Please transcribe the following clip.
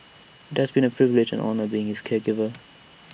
IT has been A privilege and honour being his caregiver